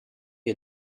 you